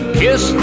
kiss